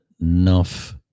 enough